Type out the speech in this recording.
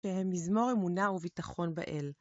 ומזמור אמונה וביטחון באל.